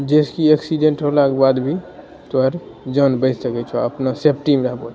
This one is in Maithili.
जैसे कि एक्सीडेंट होलाके बाद भी तोहर जान बचि सकै छौ अपना सेफ्टीमे रहबो